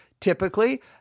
typically